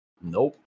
Nope